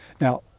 now